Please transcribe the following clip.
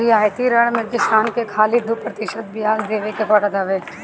रियायती ऋण में किसान के खाली दू प्रतिशत बियाज देवे के पड़त हवे